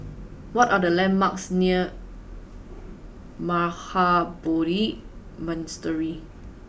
what are the landmarks near Mahabodhi Monastery